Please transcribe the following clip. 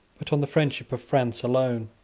but on the friendship of france alone.